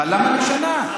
אבל למה לשנה?